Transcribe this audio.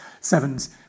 Seven's